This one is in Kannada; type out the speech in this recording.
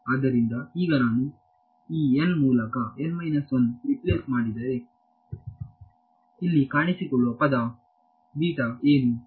ಆದ್ದರಿಂದ ಈಗ ನಾನು ಈ ಮೂಲಕ ರಿಪ್ಲೇಸ್ ಮಾಡಿದರೆ ಇಲ್ಲಿ ಕಾಣಿಸಿಕೊಳ್ಳುವ ಪದ ಏನು